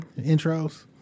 intros